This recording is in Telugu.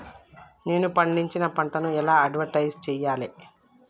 నేను పండించిన పంటను ఎలా అడ్వటైస్ చెయ్యాలే?